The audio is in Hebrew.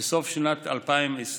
רק בסוף שנת 2020,